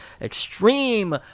extreme